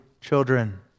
children